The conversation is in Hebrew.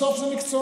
בסוף זה מקצוע.